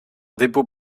dépôt